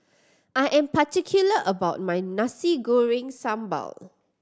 I am particular about my Nasi Goreng Sambal